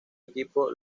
equipo